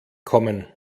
kommen